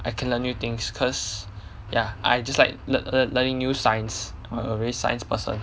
I can learn new things cause ya I just learn~ learn~ learning new science I'm a very science person